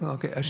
שלום,